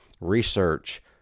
research